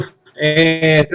נערכתם?